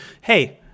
Hey